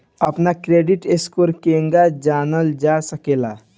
अपना credit score केगा जानल जा सकेला?